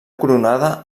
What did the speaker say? coronada